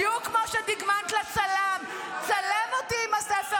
בדיוק כמו שדגמנת לצלם: צלם אותי עם הספר